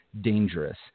dangerous